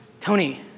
Tony